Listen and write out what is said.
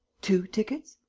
two tickets?